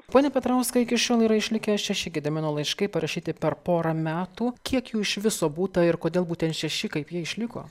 pone petrauskai iki šiol yra išlikę šeši gedimino laiškai parašyti per porą metų kiek jų iš viso būta ir kodėl būtent šeši kaip jie išliko